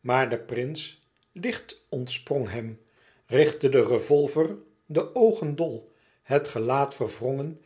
maar de prins licht ontsprong hem richtte den revolver de oogen dol het gelaat verwrongen